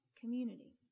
community